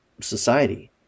society